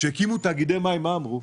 שהקימו תאגידי מים, מה אמרו?